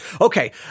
Okay